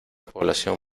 población